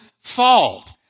fault